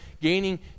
gaining